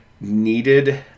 needed